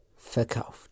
verkauft